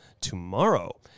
tomorrow